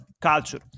culture